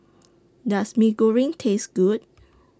Does Mee Goreng Taste Good